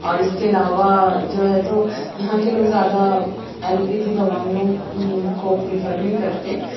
اور اس کے علاوہ جو ہے تو یہاں کے لوگ زیادہ ایلوپیتھی دوائیوں کی کو پریفر نہیں کرتے